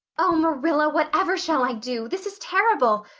oh, marilla, whatever shall i do? this is terrible.